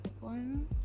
one